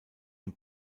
den